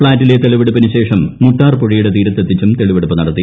ഫ്ലാറ്റിലെ തെളിവെടുപ്പിന് ശേഷം മുട്ടാർ പുഴയുടെ തീരത്ത് എത്തിച്ചും തെളിവെടുപ്പ് നടത്തി